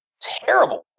Terrible